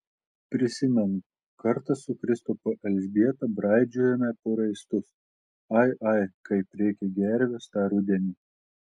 prisimenu kartą su kristupo elžbieta braidžiojome po raistus ai ai kaip rėkė gervės tą rudenį